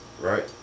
right